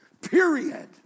period